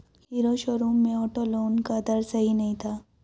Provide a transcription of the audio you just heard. hero showroom में auto loan का दर सही नहीं था